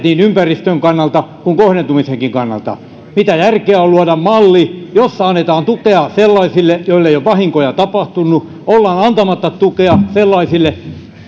niin ympäristön kannalta kuin kohdentumisenkin kannalta mitä järkeä on luoda malli jossa annetaan tukea sellaisille joille ei ole vahinkoja tapahtunut ja ollaan antamatta tukea sellaisille